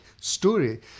story